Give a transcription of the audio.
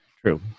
True